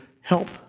help